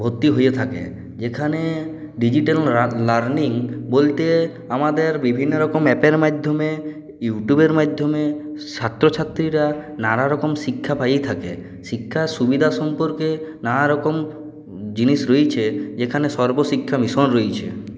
ভর্তি হয়ে থাকে যেখানে ডিজিটাল লার্নিং বলতে আমাদের বিভিন্ন রকম অ্যাপের মাধ্যমে ইউটিউবের মাধ্যমে ছাত্রছাত্রীরা নানারকম শিক্ষা পেয়ে থাকে শিক্ষার সুবিধা সম্পর্কে নানারকম জিনিস রয়েছে যেখানে সর্বশিক্ষা মিশন রয়েছে